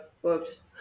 whoops